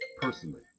personally